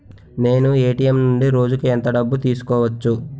నేను ఎ.టి.ఎం నుండి రోజుకు ఎంత డబ్బు తీసుకోవచ్చు?